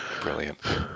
Brilliant